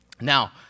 Now